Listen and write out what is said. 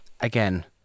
again